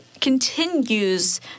continues